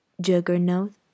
juggernaut